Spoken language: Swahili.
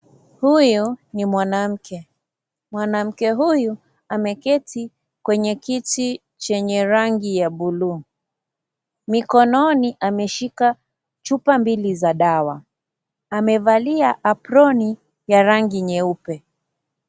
Huyu ni mwanamke, mwanamke huyu ameketi kwenye kiti chenye rangi ya bulu, mikononi ameshika chupa mbili za dawa, amevalia aproni ya rangi nyeupe.